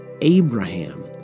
Abraham